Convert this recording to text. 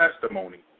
testimony